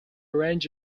range